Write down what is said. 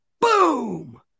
boom